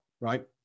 right